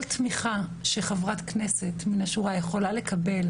כל תמיכה שחברת כנסת מין השורה יכולה לקבל